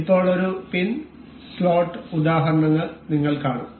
ഇപ്പോൾ ഒരു pin slot ഉദാഹരണങ്ങൾ നിങ്ങൾ കാണും